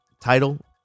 title